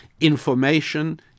Information